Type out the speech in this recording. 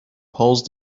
pose